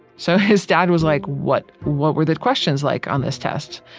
so his dad was like, what? what were the questions like on this test?